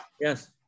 yes